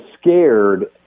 scared